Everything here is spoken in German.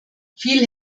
viel